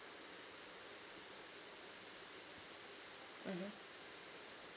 mmhmm